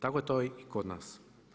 Tako je to i kod nas.